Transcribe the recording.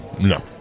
No